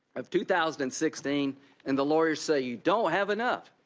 of two thousand and sixteen and the lawyers say you don't have enough.